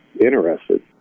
interested